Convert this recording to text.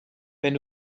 wenn